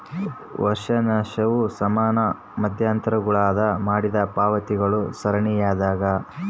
ವರ್ಷಾಶನವು ಸಮಾನ ಮಧ್ಯಂತರಗುಳಾಗ ಮಾಡಿದ ಪಾವತಿಗಳ ಸರಣಿಯಾಗ್ಯದ